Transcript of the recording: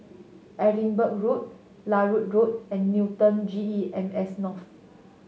Edinburgh Road Larut Road and Newton G E M S North